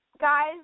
guys